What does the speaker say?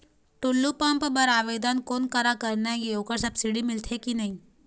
Tullu pump बर आवेदन कोन करा करना ये ओकर सब्सिडी मिलथे की नई?